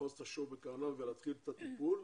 לאחוז את השור בקרניו ולהתחיל את הטיפול.